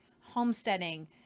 homesteading